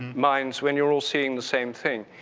minds, when you're all seeing the same thing.